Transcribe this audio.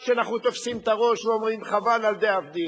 כשאנחנו תופסים את הראש ואומרים "חבל על דאבדין".